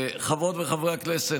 חברות וחברי הכנסת,